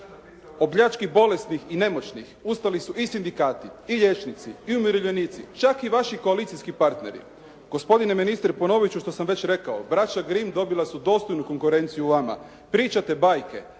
ne razumije./ … i nemoćnih. Ustali su i sindikati i liječnici, i umirovljenici, čak i vaši koalicijski partneri. Gospodine ministre, ponovit ću što sam već rekao. braća Grimm dobili su dostojnu konkurenciju vama. Pričate bajke.